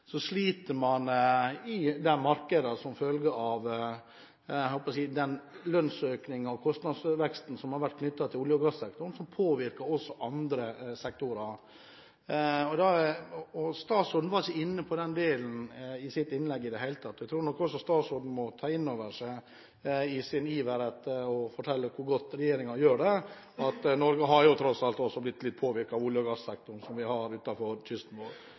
sliter i markedene som følge av den lønnsøkningen og kostnadsveksten som har vært knyttet til olje- og gassektoren, og som påvirker også andre sektorer. Statsråden var ikke inne på det i sitt innlegg i det hele tatt. Jeg tror nok også at statsråden må ta inn over seg, i sin iver etter å fortelle om hvor godt regjeringen gjør det, at Norge tross alt har blitt litt påvirket av det som foregår på olje- og gassektoren